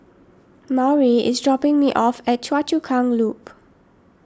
Maury is dropping me off at Choa Chu Kang Loop